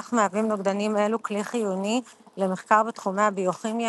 בכך מהווים נוגדנים אלו כלי חיוני למחקר בתחומי הביוכימיה,